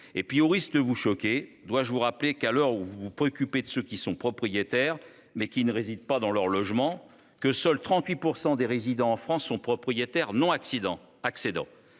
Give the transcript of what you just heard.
taxe. Au risque de vous choquer, dois-je vous rappeler qu'à l'heure où vous vous préoccupez de ceux qui sont propriétaires, mais ne résident pas dans leur logement, seuls 38 % des résidents en France sont propriétaires non-accédants,